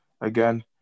again